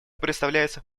представляется